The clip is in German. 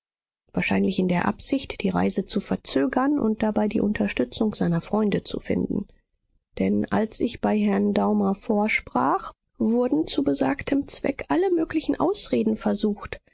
wahrscheinlich in der absicht die reise zu verzögern und dabei die unterstützung seiner freunde zu finden denn als ich bei herrn daumer vorsprach wurden zu besagtem zweck alle möglichen ausreden versucht